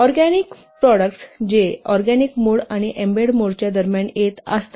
organic उत्पादने जे organic mode आणि एम्बेडेड मोडच्या दरम्यान येत असतात